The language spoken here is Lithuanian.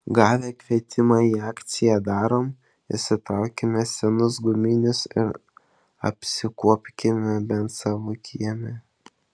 gavę kvietimą į akciją darom išsitraukime senus guminius ir apsikuopkime bent savo kieme